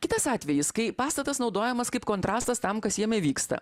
kitas atvejis kai pastatas naudojamas kaip kontrastas tam kas jame vyksta